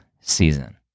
season